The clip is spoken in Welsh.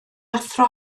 athro